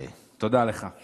לצערי זה